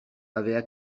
avaient